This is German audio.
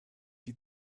die